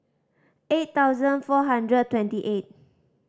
eight thousand four hundred twenty eight